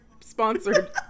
sponsored